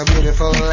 Beautiful